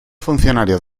funcionarios